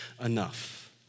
enough